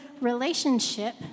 relationship